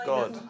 God